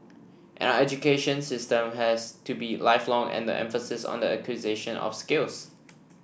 and our education system has to be lifelong and the emphasis on the acquisition of skills